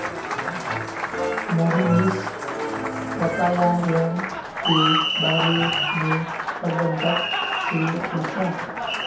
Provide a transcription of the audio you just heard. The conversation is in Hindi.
मोहनीश बकाया ऋण के बारे में प्रबंधक से पूछा